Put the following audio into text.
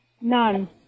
None